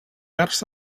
arts